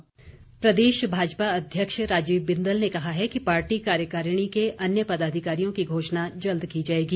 बिंदल प्रदेश भाजपा अध्यक्ष राजीव बिंदल ने कहा है कि पार्टी कार्यकारिणी के अन्य पदाधिकारियों की घोषणा जल्द की जाएगी